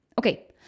Okay